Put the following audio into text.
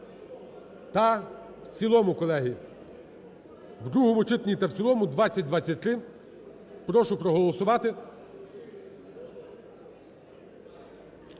та в цілому, колеги. У другому читанні та в цілому 2023, прошу проголосувати